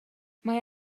mae